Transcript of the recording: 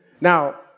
Now